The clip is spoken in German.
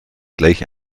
gleich